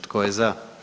Tko je za?